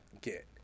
get